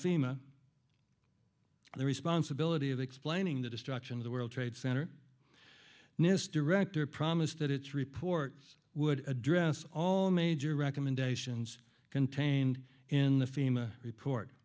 fema the responsibility of explaining the destruction of the world trade center nist director promised that its report would address all major recommendations contained in the fema report